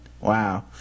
Wow